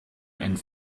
and